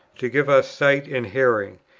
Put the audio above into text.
to give us sight and hearing,